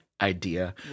idea